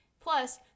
plus